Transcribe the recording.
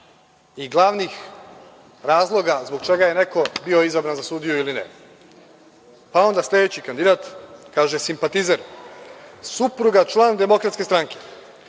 i glavnih razloga zbog čega je neko bio izabran za sudiju ili ne. Onda sledeći kandidat, kaže – simpatizer, supruga član DS, pošten,